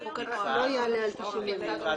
"לבקשת הילד" זה אומר שכבר דיברתי עם הילד.